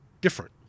different